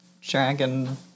dragon